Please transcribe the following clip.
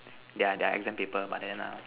their their exam paper but then ah